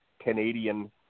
Canadian